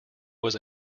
was